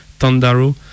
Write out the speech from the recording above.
Tandaro